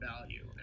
value